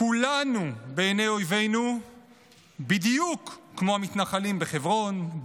כולנו בעיני אויבינו בדיוק כמו המתנחלים בחברון,